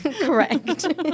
correct